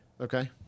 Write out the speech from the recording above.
Okay